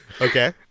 Okay